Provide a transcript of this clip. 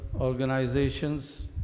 organizations